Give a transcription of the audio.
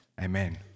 Amen